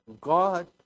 God